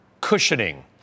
Cushioning